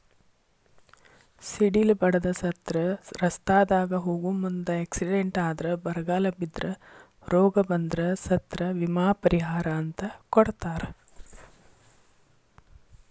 ಸಿಡಿಲ ಬಡದ ಸತ್ರ ರಸ್ತಾದಾಗ ಹೋಗು ಮುಂದ ಎಕ್ಸಿಡೆಂಟ್ ಆದ್ರ ಬರಗಾಲ ಬಿದ್ರ ರೋಗ ಬಂದ್ರ ಸತ್ರ ವಿಮಾ ಪರಿಹಾರ ಅಂತ ಕೊಡತಾರ